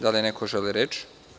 Da li neko želi reč?